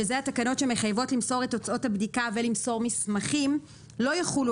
שאלה התקנות שמחייבות למסור את תוצאות הבדיקה ולמסור מסמכים "לא יחולו